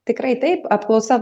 tikrai taip apklausa